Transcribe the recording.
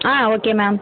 ah okay ma'am